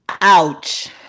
Ouch